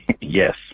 Yes